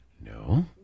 No